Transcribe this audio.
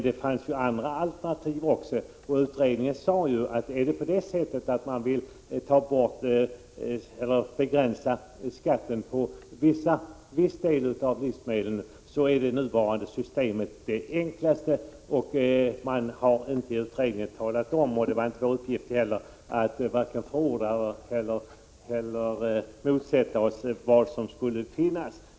Det fanns även andra alternativ, och utredningen framhöll också, att om man vill begränsa skatten på vissa livsmedel, är det nuvarande systemet med subventioner det enklaste. Utredningen har varken förordat eller motsatt sig — det var inte heller uppgiften — vad som skulle finnas.